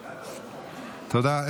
תודה.